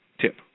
tip